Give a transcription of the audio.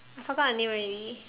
I forget the name already